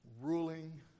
ruling